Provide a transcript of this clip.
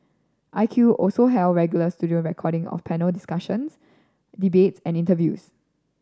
I Q also held regular studio recording of panel discussions debates and interviews